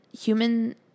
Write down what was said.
human